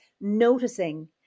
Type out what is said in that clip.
noticing